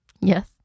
Yes